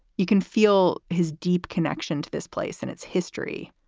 you can feel his deep connection to this place and its history.